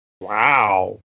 Wow